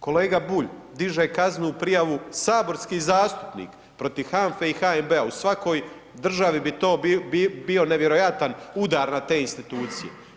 Kolega Bulj diže kaznenu prijavu, saborski zastupnik protiv HANFA-e i HNB-a, u svakoj državi bi to bio nevjerojatan udar na te institucije.